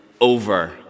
over